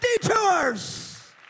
detours